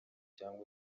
cyangwa